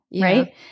right